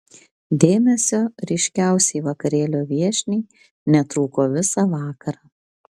dėmesio ryškiausiai vakarėlio viešniai netrūko visą vakarą